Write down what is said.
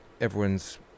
everyone's